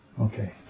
Okay